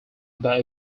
but